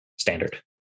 standard